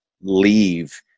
leave